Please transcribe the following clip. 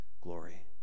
glory